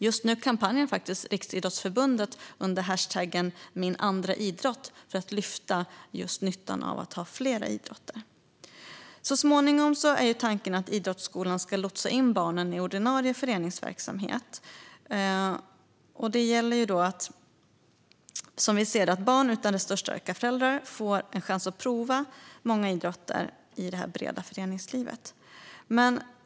Just nu kampanjar Riksidrottsförbundet under hashtaggen min andra idrott för att lyfta fram nyttan med att ha flera idrotter. Tanken är att idrottsskolan så småningom ska lotsa in barnen i ordinarie föreningsverksamhet, och då gäller det att barn utan resursstarka föräldrar får en chans att prova många idrotter i detta breda föreningsliv.